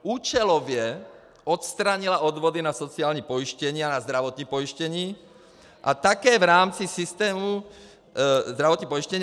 Účelově odstranila odvody na sociální pojištění a na zdravotní pojištění a také v rámci systému zdravotního pojištění.